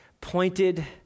pointed